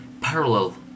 parallel